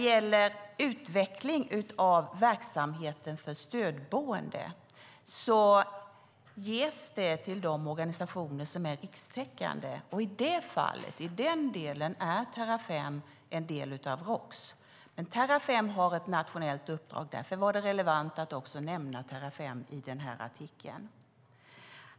För utveckling av verksamheten för stödboende ges bidrag till de organisationer som är rikstäckande, och i den delen är Terrafem en del av Roks. Men Terrafem har alltså ett nationellt uppdrag, och därför var det relevant att också nämna Terrafem i artikeln.